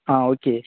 आ okay